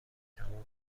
تمام